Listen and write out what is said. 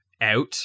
out